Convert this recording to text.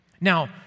Now